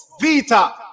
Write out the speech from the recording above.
Vita